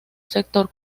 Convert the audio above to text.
sector